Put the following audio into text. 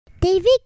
David